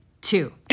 Two